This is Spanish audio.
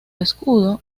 escudo